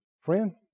friend